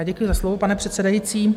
Děkuji za slovo, pane předsedající.